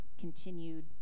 continued